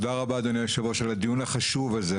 תודה רבה אדוני היו"ר על הדיון החשוב הזה.